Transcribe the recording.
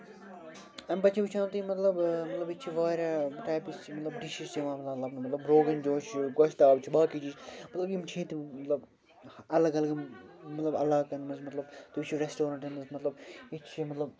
اَمہِ پَتہٕ چھُ وُچھان تُہۍ مطلب مطلب ییٚتہِ چھِ واریاہ ٹایپٕس چھِ مطلب ڈِشِز چھِ یِوان لَبنہٕ مطلب روغن جوش چھُ گۄشتاب چھُ باقٕے چیٖز مطلب یِم چھِ ییٚتہِ مطلب اَلگ اَلگ مطلب علاقن منٛز مطلب تُہۍ چھِو رٮ۪سٹورَنٹَن منٛز مطلب ییتہِ چھِ مطلب